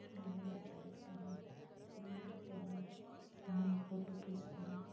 घर में बैठे रहेते हैं टी वी देखते हैं बैठे के वहाँ भी फ़ोटो खींचते हैं